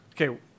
okay